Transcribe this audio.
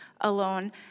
alone